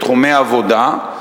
בתחומי עבודה,